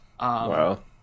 wow